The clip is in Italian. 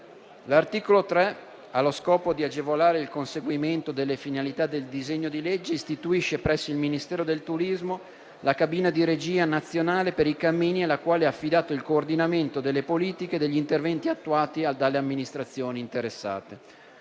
L'articolo 3, allo scopo di agevolare il conseguimento delle finalità del disegno di legge, istituisce presso il Ministero del turismo la cabina di regia nazionale per i cammini alla quale è affidato il coordinamento delle politiche e degli interventi attuati dalle amministrazioni interessate.